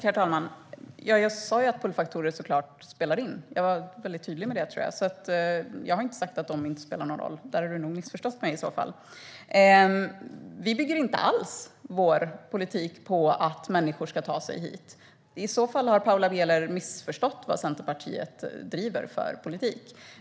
Herr talman! Jag sa ju att pull-faktorer såklart spelar in. Jag var väldigt tydlig med det. Jag har inte sagt att de inte spelar någon roll; där har du nog missförstått mig, Paula Bieler. Vi bygger inte alls vår politik på att människor ska ta sig hit. I så fall har Paula Bieler missförstått vad Centerpartiet driver för politik.